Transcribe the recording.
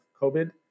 COVID